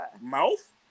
Mouth